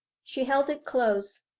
she held it close.